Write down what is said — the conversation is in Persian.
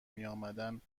میآمدند